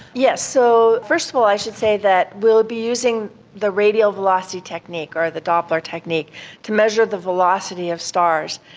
yes, so first of all i should say that we will be using the radio velocity technique or the doppler technique to measure the velocity of stars.